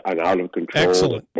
out-of-control